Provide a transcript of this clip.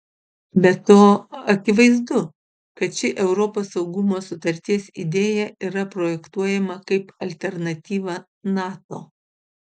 be to akivaizdu kad ši europos saugumo sutarties idėja yra projektuojama kaip alternatyva nato